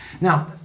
Now